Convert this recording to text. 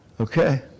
Okay